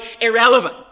irrelevant